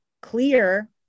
clear